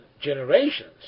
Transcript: generations